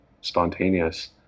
spontaneous